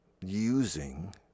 using